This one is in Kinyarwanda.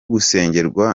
gusengerwa